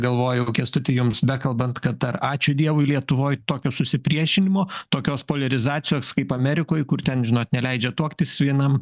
galvojau kęstuti jums bekalbant kad ar ačiū dievui lietuvoj tokio susipriešinimo tokios poliarizacijos kaip amerikoj kur ten žinot neleidžia tuoktis vienam